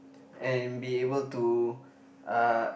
and be able to uh